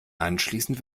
anschließend